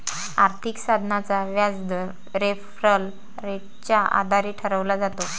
आर्थिक साधनाचा व्याजदर रेफरल रेटच्या आधारे ठरवला जातो